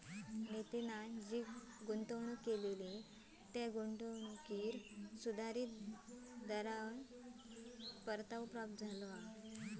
नितीनच्या गुंतवणुकीवर सुधारीत दरानुसार परतावो प्राप्त झालो